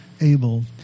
able